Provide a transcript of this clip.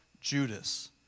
Judas